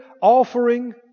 Offering